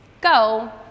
Go